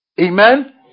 Amen